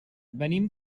venim